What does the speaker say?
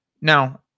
Now